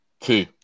Two